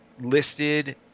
listed